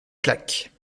claque